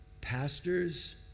pastors